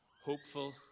Hopeful